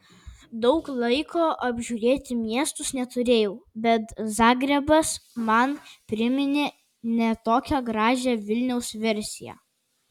daug laiko apžiūrėti miestus neturėjau bet zagrebas man priminė ne tokią gražią vilniaus versiją